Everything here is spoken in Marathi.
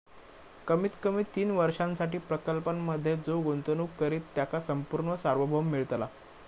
कमीत कमी तीन वर्षांसाठी प्रकल्पांमधे जो गुंतवणूक करित त्याका संपूर्ण सार्वभौम मिळतला